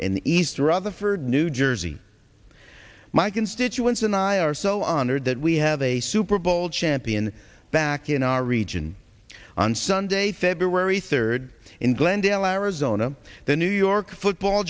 in east rutherford new jersey my constituents and i are so honored that we have a super bowl champion back in our region on sunday february third in glendale arizona the new york football